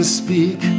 speak